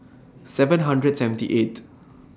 seven hundred seventy eight